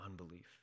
unbelief